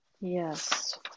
Yes